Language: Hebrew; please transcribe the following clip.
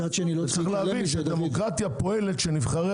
צריך להבין שדמוקרטיה פועלת כך שלנבחרי